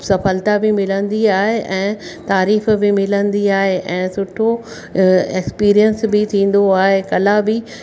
सफ़लता बि मिलंदी आहे ऐं तारीफ़ बि मिलंदी आहे ऐं सुठो एक्सपीरिएंस बि थींदो आहे कला बि